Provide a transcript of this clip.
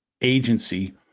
agency